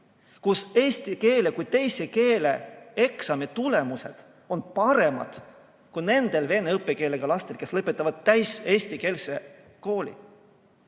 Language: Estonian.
kus eesti keele kui teise keele eksami tulemused on paremad kui nendel vene emakeelega lastel, kes lõpetavad täiseestikeelse kooli?